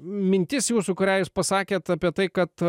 mintis jūsų kurią jūs pasakėt apie tai kad